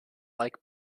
like